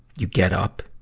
you get up